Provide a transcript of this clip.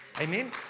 Amen